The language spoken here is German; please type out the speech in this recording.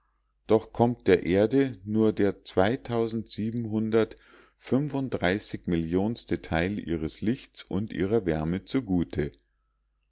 doch kommt der erde nur der millionenste teil ihres lichts und ihrer wärme zugute